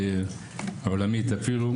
ואפשר להכיר במקומות.